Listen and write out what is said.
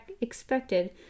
expected